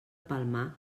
palmar